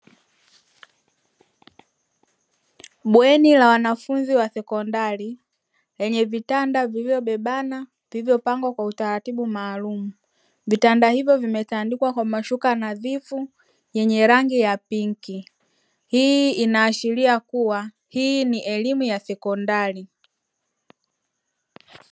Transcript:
Bweni la wanafunzi wa sekondari lenye vitanda vilivyobebana vilivyopangwa kwa utaratibu maalum. Vitanda hivyo vimetandikwa kwa mashuka nadhifu yenye rangi ya pinki. Hii inaashiria kuwa hii ni elimu ya sekondari.